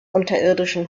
unterirdischen